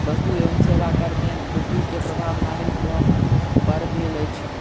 वस्तु एवं सेवा कर में वृद्धि के प्रभाव नागरिक पर भेल अछि